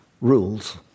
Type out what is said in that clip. rules